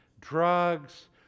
drugs